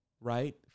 right